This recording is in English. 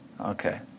Okay